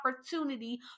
opportunity